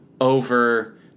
over